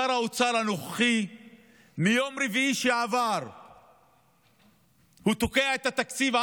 שר האוצר הנוכחי מיום רביעי שעבר תוקע את התקציב,